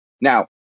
Now